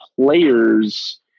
players